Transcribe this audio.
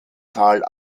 tal